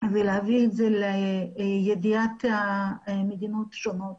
ולהביא אותו לידיעת המדינות השונות